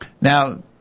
Now